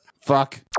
Fuck